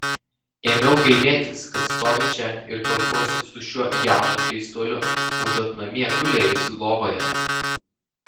ėmiau gailėtis kad stoviu čia ir kalbuosi su šiuo jaunu keistuoliu užuot namie gulėjusi lovoje